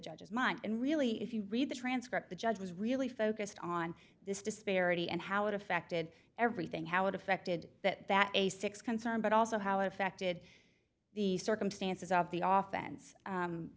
judge's mind and really if you read the transcript the judge was really focused on this disparity and how it affected everything how it affected that that a six concern but also how it affected the circumstances of the of